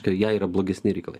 jai yra blogesni reikalai